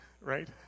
Right